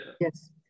Yes